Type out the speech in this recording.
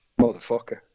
Motherfucker